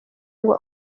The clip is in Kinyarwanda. ngo